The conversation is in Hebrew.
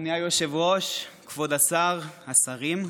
אדוני היושב-ראש, כבוד השר, השרים,